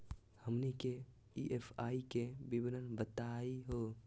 हमनी के ई.एम.आई के विवरण बताही हो?